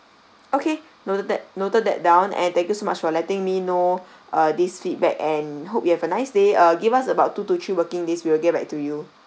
okay noted that noted that down and thank you so much for letting me know uh this feedback and hope you have a nice day uh give us about two to three working days we will get back to you